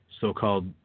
so-called